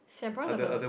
Singaporeans are